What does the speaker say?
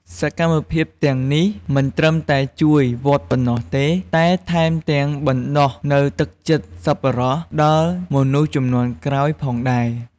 សកម្មភាពទាំងនេះមិនត្រឹមតែជួយវត្តប៉ុណ្ណោះទេ តែថែមទាំងបណ្ដុះនូវទឹកចិត្តសប្បុរសដល់មនុស្សជំនាន់ក្រោយផងដែរ។